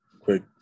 quick